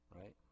right